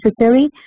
necessary